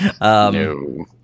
No